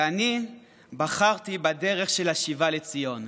ואני בחרתי בדרך של השיבה לציון.